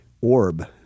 orb